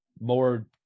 more